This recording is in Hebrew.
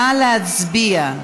נא להצביע.